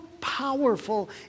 powerful